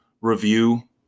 review